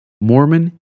Mormon